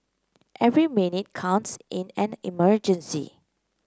every minute counts in an emergency